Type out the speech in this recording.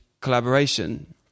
collaboration